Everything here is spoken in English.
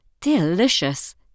Delicious